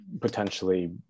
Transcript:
potentially